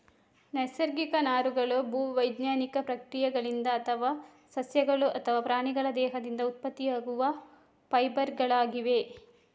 ನೈಸರ್ಗಿಕ ನಾರುಗಳು ಭೂ ವೈಜ್ಞಾನಿಕ ಪ್ರಕ್ರಿಯೆಗಳಿಂದ ಅಥವಾ ಸಸ್ಯಗಳು ಅಥವಾ ಪ್ರಾಣಿಗಳ ದೇಹದಿಂದ ಉತ್ಪತ್ತಿಯಾಗುವ ಫೈಬರ್ ಗಳಾಗಿವೆ